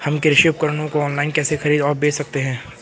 हम कृषि उपकरणों को ऑनलाइन कैसे खरीद और बेच सकते हैं?